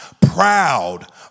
proud